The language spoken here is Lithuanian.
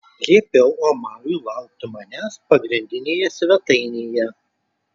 liepiau omarui laukti manęs pagrindinėje svetainėje